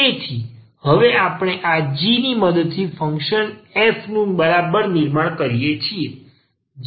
તેથી હવે આપણે આ g ની મદદ થી ફંક્શન f નું બરાબર નિર્માણ કરીએ છે